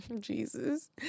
Jesus